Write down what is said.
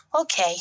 Okay